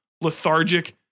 lethargic